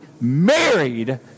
married